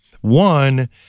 One